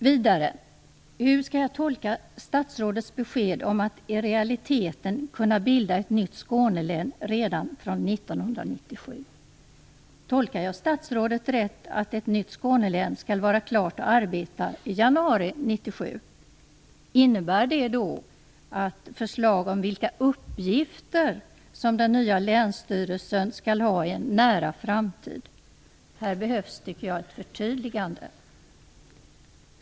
Vidare undrar jag hur jag skall tolka statsrådets besked om att det i realiteten skall kunna bildas ett nytt Skånelän redan 1997. Är det en riktig tolkning att ett nytt Skånelän skall vara klart att arbeta i januari 1997? Innebär det att det finns förslag om vilka uppgifter som den nya länsstyrelsen skall ha i en nära framtid? Här tycker jag att det behövs ett förtydligande.